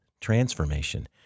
transformation